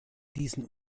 diesen